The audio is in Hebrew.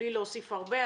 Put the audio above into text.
בלי להוסיף הרבה,